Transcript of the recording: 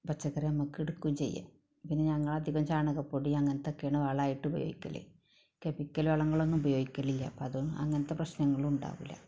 പച്ചക്കറി നമുക്ക് എടുക്കുകയും ചെയ്യാം പിന്നെ ഞങ്ങള് അധികം ചാണകപ്പൊടി അങ്ങനത്തെ ഒക്കെയാണ് വളമായിട്ട് ഉപയോഗിക്കൽ കെമിക്കല് വളങ്ങളൊന്നും ഉപയോഗിക്കലില്ല അപ്പം അതും അങ്ങനത്തെ പ്രശ്നങ്ങളും ഉണ്ടാവുകയില്ല